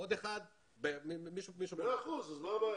תשמע אותו.